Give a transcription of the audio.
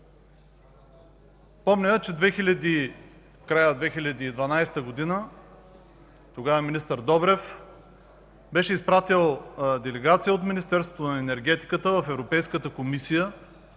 Помня, че в края на 2012 г. – тогава министър Добрев, беше изпратил делегация от Министерството на енергетиката в Европейската комисия,